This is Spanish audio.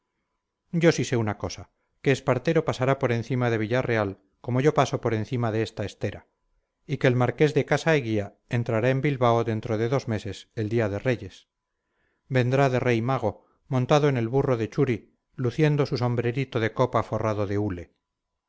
yo sí sé una cosa que espartero pasará por encima de villarreal como yo paso por encima de esa estera y que el marqués de casa eguía entrará en bilbao dentro de dos meses el día de reyes vendrá de rey mago montado en el burro de churi luciendo su sombrerito de copa forrado de hule